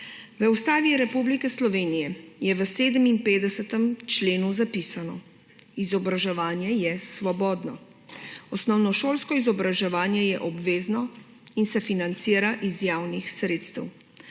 V Ustavi Republike Slovenije je v 57. členu zapisano: »Izobraževanje je svobodno. Osnovnošolsko izobraževanje je obvezno in se financira iz javnih sredstev.